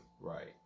Right